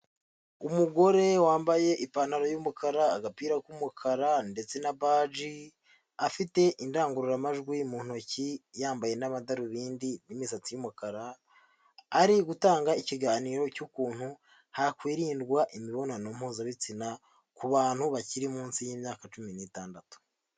Umugore wambaye ipantaro y'umukara, agapira k'umukara ndetse na baji, afite indangururamajwi mu ntoki, yambaye n'amadarubindi n'imisatsi y'umukara, ari gutanga ikiganiro cy'ukuntu hakwirindwa imibonano mpuzabitsina ku bantu bakiri munsi y'imyaka cumi n'itandatu.